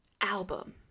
album